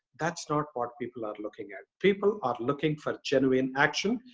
that's not what people are looking at. people are looking for genuine action.